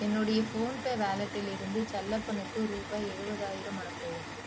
என்னுடைய ஃபோன்பே வாலெட்டிலிருந்து செல்லப்பனுக்கு ரூபாய் எழுவதாயிரம் அனுப்பவும்